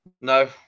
No